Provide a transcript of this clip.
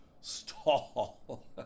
stall